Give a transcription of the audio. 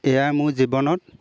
এয়া মোৰ জীৱনত